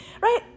Right